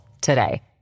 today